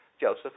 Joseph